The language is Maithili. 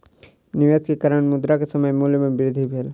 निवेश के कारण, मुद्रा के समय मूल्य में वृद्धि भेल